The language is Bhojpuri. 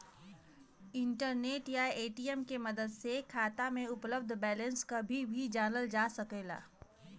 इंटरनेट या ए.टी.एम के मदद से खाता में उपलब्ध बैलेंस कभी भी जानल जा सकल जाला